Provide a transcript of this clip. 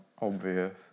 obvious